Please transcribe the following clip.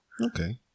Okay